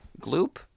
Gloop